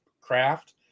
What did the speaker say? craft